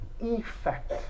effect